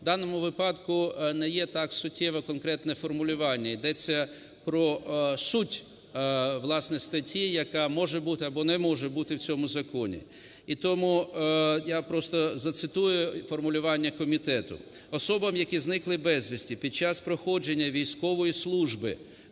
В даному випадку не є так суттєве конкретне формулювання, йдеться про суть, власне, статті, яка може бути або не може бути в цьому законі. І тому я простозацитую формулювання комітету: "Особам, які зникли безвісти під час проходження військової служби